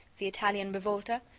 the italian rivolta,